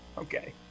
Okay